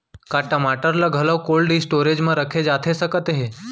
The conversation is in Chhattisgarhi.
का टमाटर ला घलव कोल्ड स्टोरेज मा रखे जाथे सकत हे?